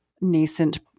nascent